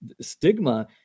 stigma